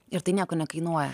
ir tai nieko nekainuoja